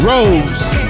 Rose